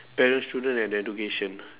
parents children and education